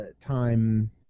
time